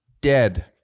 dead